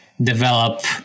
develop